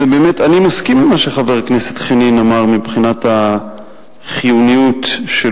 אני מסכים למה שחבר הכנסת חנין אמר מבחינת החיוניות של